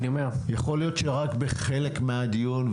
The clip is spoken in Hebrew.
יכול להיות שרק בחלק מהדיון,